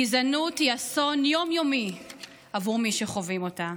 גזענות היא אסון יום-יומי עבור מי שחווים אותה.